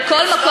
זה כבר לא יהיה.